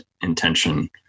intention